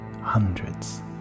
Hundreds